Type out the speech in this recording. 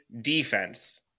defense